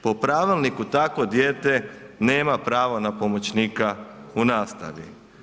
Po pravilniku takvo dijete nema pravo na pomoćnika u nastavi.